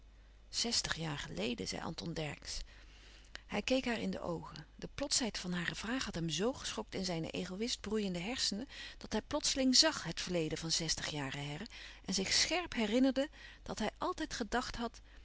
zestig jaar geleden zei anton dercksz hij keek haar in de oogen de plotsheid van hare vraag had hem z geschokt in zijne egoïst broeiende hersenen dat hij plotseling zàg het verleden van zestig jaren her en zich scherp herinnerde dat hij altijd gedacht had